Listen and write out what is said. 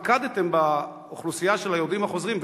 התמקדתם באוכלוסייה של היורדים החוזרים,